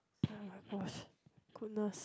oh-my-gosh goodness